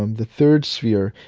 um the third sphere,